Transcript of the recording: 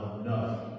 enough